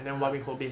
ah